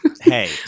Hey